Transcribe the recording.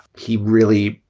he really,